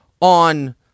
on